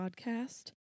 Podcast